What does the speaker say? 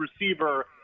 receiver